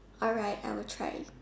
alright I will try